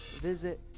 visit